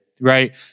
right